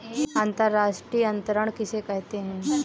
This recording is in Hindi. अंतर्राष्ट्रीय अंतरण किसे कहते हैं?